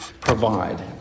provide